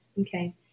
Okay